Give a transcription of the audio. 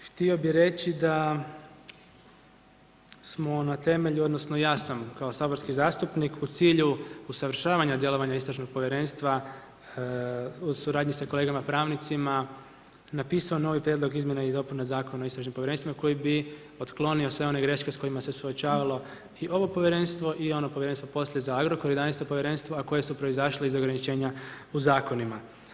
Također, htio bi reći da smo na temelju, odnosno ja sam kao saborski zastupnik u cilju usavršavanja djelovanja istražnog povjerenstva u suradnji sa kolegama pravnicima napisao novi Prijedlog izmjene i dopune Zakona o istražnim povjerenstvima koji bi otklonio sve one greške s kojima se suočavalo i ovo povjerenstvo i ono povjerenstvo poslije za Agrokor, 11. povjerenstvo a koje su proizašle iz ograničenja u zakonima.